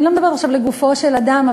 אני לא מדברת עכשיו לגופו של אדם,